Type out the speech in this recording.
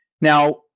Now